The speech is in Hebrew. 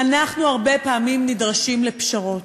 אנחנו הרבה פעמים נדרשים לפשרות,